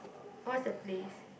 what's that place